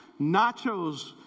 nachos